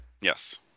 Yes